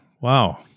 Wow